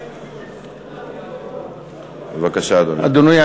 בבקשה, אדוני.